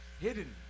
Hidden